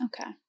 Okay